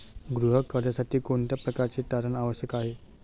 गृह कर्जासाठी कोणत्या प्रकारचे तारण आवश्यक आहे?